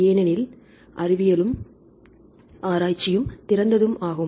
ஏனெனில் அறிவியலும் ஆராய்ச்சியும் திறந்ததும் ஆகும்